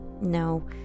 No